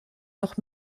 noch